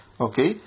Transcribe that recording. Okay